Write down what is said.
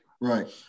Right